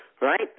right